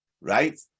Right